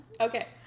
okay